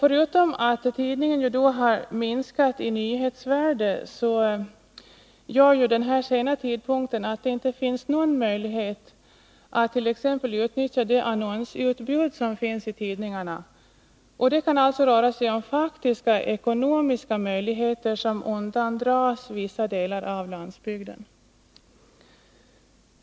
Förutom att tidningen då har minskat i nyhetsvärde gör den sena tidpunkten att det inte finns någon möjlighet att t.ex. utnyttja det annonsutbud som finns i tidningarna. Det kan alltså röra sig om faktiska ekonomiska möjligheter som undandras vissa delar av landsbygden.